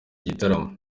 gitaramo